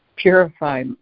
Purify